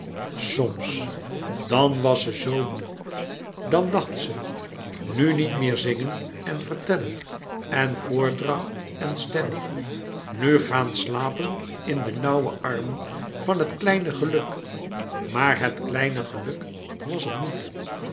soms dan was ze zoo moê dan dacht ze nu niet meer zingen en vertellen en voordracht en stijl nu gaan slapen in de nauwe armen van het kleine geluk maar het kleine geluk was er niet